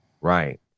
right